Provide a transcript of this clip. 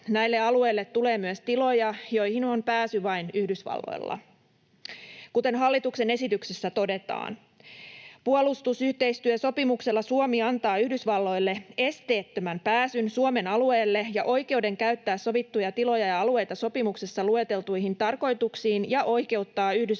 Näille alueille tulee myös tiloja, joihin on pääsy vain Yhdysvalloilla. Kuten hallituksen esityksessä todetaan, ”puolustusyhteistyösopimuksella Suomi antaa Yhdysvalloille esteettömän pääsyn Suomen alueelle ja oikeuden käyttää sovittuja tiloja ja alueita sopimuksessa lueteltuihin tarkoituksiin ja oikeuttaa Yhdysvaltojen